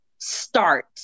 start